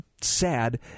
sad